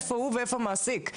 איפה ואיפה המעסיק?